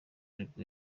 nibwo